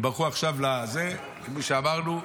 הם ברחו, כפי שאמרנו.